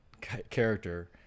character